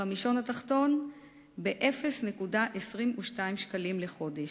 בחמישון התחתון ב-0.22 שקלים לחודש,